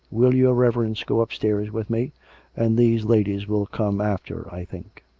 will your rev erence go upstairs with me and these ladies will come after, i think.